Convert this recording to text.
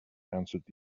answered